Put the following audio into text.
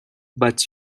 but